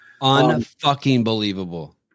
Un-fucking-believable